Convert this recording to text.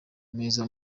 meza